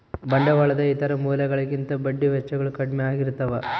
ಬಂಡವಾಳದ ಇತರ ಮೂಲಗಳಿಗಿಂತ ಬಡ್ಡಿ ವೆಚ್ಚಗಳು ಕಡ್ಮೆ ಆಗಿರ್ತವ